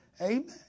Amen